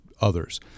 others